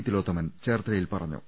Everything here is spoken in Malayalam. തിലോത്തമൻ ചേർത്തലയിൽ പറഞ്ഞു